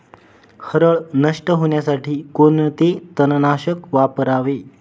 हरळ नष्ट होण्यासाठी कोणते तणनाशक वापरावे?